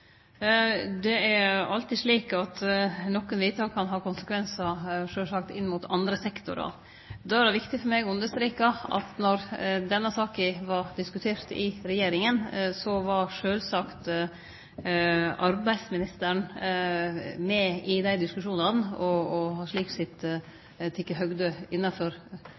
Det er sjølvsagt alltid slik at nokre vedtak kan ha konsekvensar inn mot andre sektorar. Då er det viktig for meg å streke under at då denne saka vart diskutert i regjeringa, var sjølvsagt arbeidsministeren med i dei diskusjonane, og har slik sett teke høgd innanfor